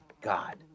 god